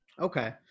Okay